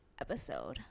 episode